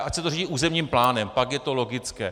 Ať se to řídí územním plánem, pak je to logické.